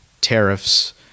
tariffs